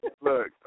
look